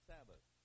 Sabbath